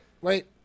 wait